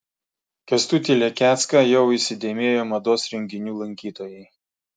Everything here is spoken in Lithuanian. kęstutį lekecką jau įsidėmėjo mados renginių lankytojai